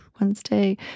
Wednesday